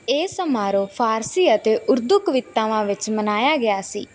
ਇਹ ਸਮਾਰੋਹ ਫ਼ਾਰਸੀ ਅਤੇ ਉਰਦੂ ਕਵਿਤਾਵਾਂ ਵਿੱਚ ਮਨਾਇਆ ਗਿਆ ਸੀ